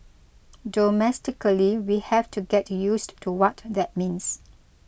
domestically we have to get used to what that means